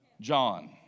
John